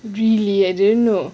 really I didn't know